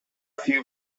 few